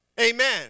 Amen